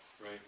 right